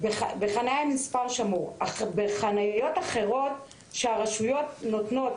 בחניות אחרות שהרשויות נותנות